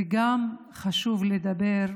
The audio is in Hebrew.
וגם חשוב לדבר,